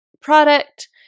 product